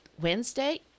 Wednesday